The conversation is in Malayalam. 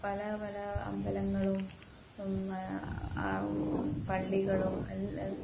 പല പല അമ്പലങ്ങളും പള്ളികളും എല്ലാം